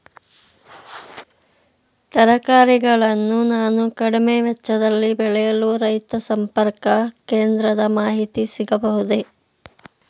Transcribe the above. ತರಕಾರಿಗಳನ್ನು ನಾನು ಕಡಿಮೆ ವೆಚ್ಚದಲ್ಲಿ ಬೆಳೆಯಲು ರೈತ ಸಂಪರ್ಕ ಕೇಂದ್ರದ ಮಾಹಿತಿ ಸಿಗಬಹುದೇ?